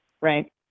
Right